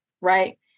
Right